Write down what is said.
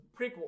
prequel